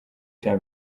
cya